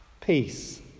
Peace